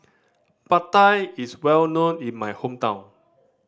Pad Thai is well known in my hometown